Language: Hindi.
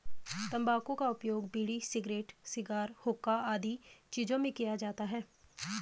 तंबाकू का उपयोग बीड़ी, सिगरेट, शिगार, हुक्का आदि चीजों में किया जाता है